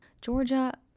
Georgia